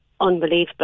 unbelievable